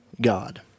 god